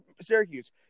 Syracuse